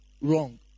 wrong